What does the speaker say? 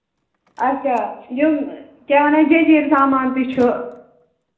اَچھا یِم کیٛاہ وَنان جٔجیٖر سَمان تہِ چھُ